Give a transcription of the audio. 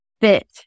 fit